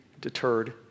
deterred